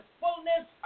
fullness